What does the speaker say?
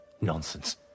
Nonsense